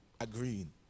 agreeing